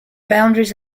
boundaries